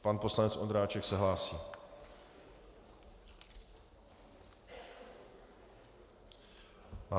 Pan poslanec Ondráček se hlásí.